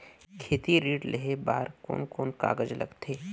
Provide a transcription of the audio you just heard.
खेती ऋण लेहे बार कोन कोन कागज लगथे?